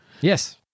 Yes